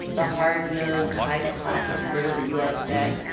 the hard-nosed, high-class reporter that you are today?